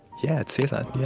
yeah, i'd say that. yeah,